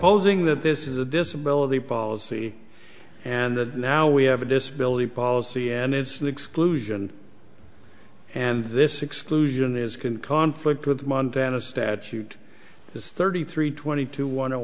hosing that this is a disability policy and now we have a disability policy and it's an exclusion and this exclusion is can conflict with the montana statute it's thirty three twenty two one